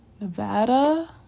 Nevada